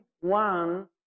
one